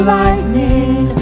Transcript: lightning